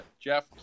Jeff